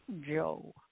Joe